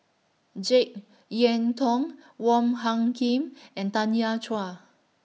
Jek Yeun Thong Wong Hung Khim and Tanya Chua